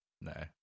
no